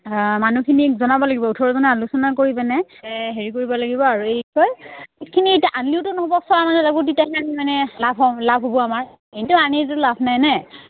মানুহখিনিক জনাব লাগিব ওঠৰজনে আলোচনা কৰিবনে হেৰি কৰিব লাগিব আৰু এই